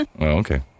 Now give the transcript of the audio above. Okay